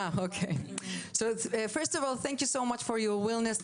לא הבנתי מילה למעט